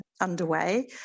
underway